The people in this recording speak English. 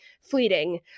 fleeting